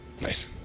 Nice